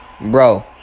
bro